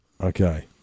Okay